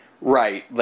Right